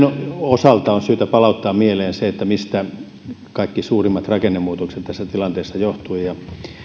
osalta on syytä palauttaa mieleen se mistä kaikki suurimmat rakennemuutokset tässä tilanteessa johtuivat